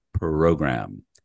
program